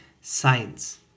science